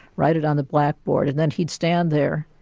write it on the blackboard and then he'd stand there,